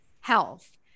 health